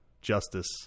Justice